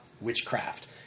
witchcraft